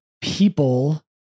people